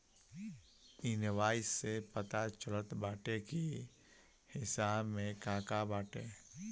invoice से पता चलत बाटे की हिसाब में का का बाटे